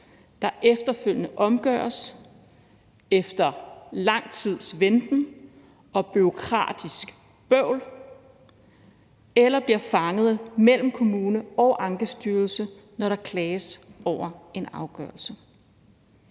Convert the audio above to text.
der efterfølgende omgøres efter lang tids venten og bureaukratisk bøvl, eller blive fanget mellem kommune og ankestyrelse, når der klages over en afgørelse.